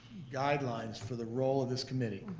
guidelines for the role of this committee,